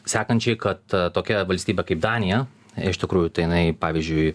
sekančiai kad tokia valstybė kaip danija iš tikrųjų tai jinai pavyzdžiui